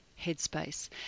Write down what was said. headspace